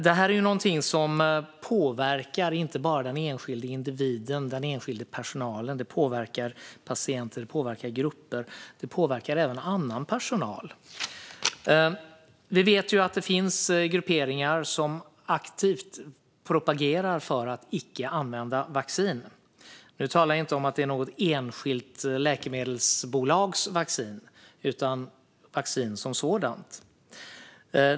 Det här är någonting som inte bara påverkar den enskilda individen, personalen, utan det påverkar patienter, grupper och annan personal. Vi vet att det finns grupperingar som aktivt propagerar för att icke använda vaccin. Nu talar jag inte om att man vill undvika något enskilt läkemedelsbolags vaccin utan om motstånd mot vaccin som sådant.